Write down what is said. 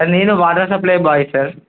sir నేను water supply boy sir